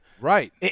Right